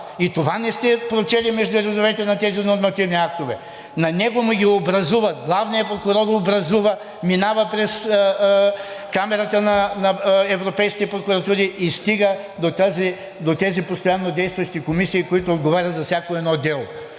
и това не сте прочели между редовете на тези нормативни актове – на него му ги образуват – главният прокурор образува, минава през камарата на Европейската прокуратура и стига до тези постоянно действащи комисии, които отговарят за всяко едно дело.